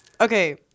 Okay